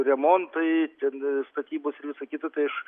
remontai ten statybos ir visa kita tai aš